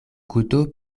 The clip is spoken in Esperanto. guto